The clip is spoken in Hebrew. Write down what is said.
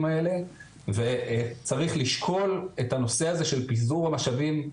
האלה וצריך לשקול את הנושא הזה של פיזור המשאבים,